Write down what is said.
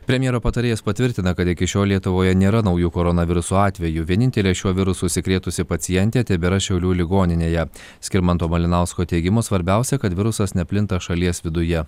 premjero patarėjas patvirtina kad iki šiol lietuvoje nėra naujų koronaviruso atvejų vienintelė šiuo virusu užsikrėtusi pacientė tebėra šiaulių ligoninėje skirmanto malinausko teigimu svarbiausia kad virusas neplinta šalies viduje